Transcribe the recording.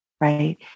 Right